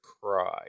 cry